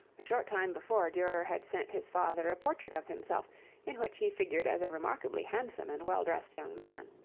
short time before durer had sent his father a portrait of himself in which he figured as a remarkably handsome and well-dressed young man.